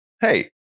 Hey